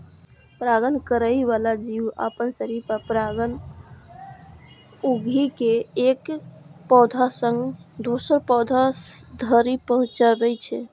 परागण करै बला जीव अपना शरीर पर परागकण उघि के एक पौधा सं दोसर पौधा धरि पहुंचाबै छै